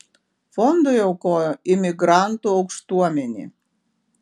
fondui aukojo imigrantų aukštuomenė